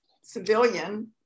civilian